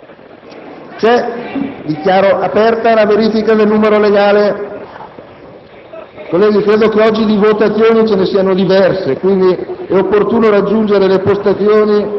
elettronico. (Segue la verifica del numero legale). Colleghi, credo che oggi di votazioni ce ne saranno diverse; quindi eopportuno raggiungere le postazioni